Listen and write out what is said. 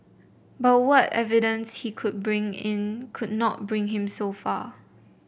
but what evidence he could bring in could not bring him so far